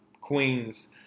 queens